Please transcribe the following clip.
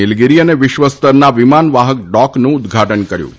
નિલગીરી અને વિશ્વસ્તરના વિમાન વાહક ડોકનું ઉદ્દઘાટન કર્યું હતું